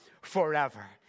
forever